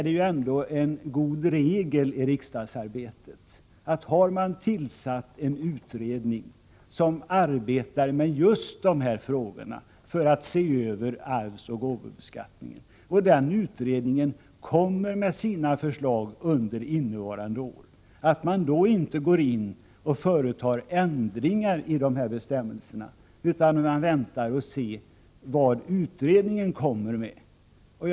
Det är ändå en god regel i riksdagsarbetet att man, om det har tillsatts en utredning som arbetar på det aktuella området, inte går in och företar ändringar. Och det har tillsatts en utredning som har i uppgift att se över just arvsoch gåvobeskattningen. Denna utredning kommer med sina förslag under innevarande år. Därför bör vi inte nu ändra bestämmelserna, utan vänta och se vad utredningen föreslår.